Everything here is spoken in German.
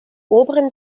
oberen